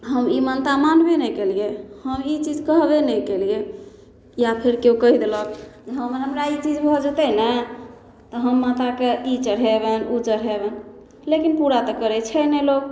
हम ई मानता मानबे नहि केलिए हम ई चीज कहबे नहि केलिए या फेर केओ कहि देलक हँ हमरा ई चीज भऽ जेतै नहि तऽ हम माताके ई चढ़ेबनि ओ चढ़ेबनि लेकिन पूरा तऽ करै छै नहि लोक